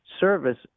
service